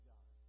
God